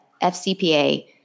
FCPA